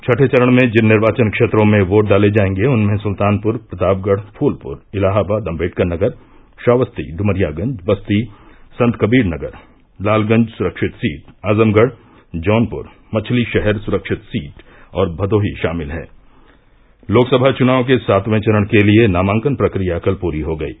छठे चरण में जिन निर्वाचन क्षेत्रों में योट डाले जायेंगे उनमें सुल्तानपुर प्रतापगढ़ फूलपुर इलाहाबाद अम्बेडकर नगर श्रावस्ती डुमरियागंज बस्ती संतकबीर नगर लालगंज सुरक्षित सीट आज़मगढ़ जौनपुर मछलीषहर सुरक्षित सीट और भदोही षामिल हैं लोकसभा चुनाव के सातवें चरण के लिये नामांकन प्रक्रिया कल पूरी हो गयी